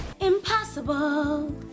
Impossible